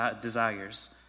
desires